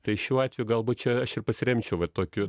tai šiuo atveju galbūt čia aš ir pasiremčiau va tokiu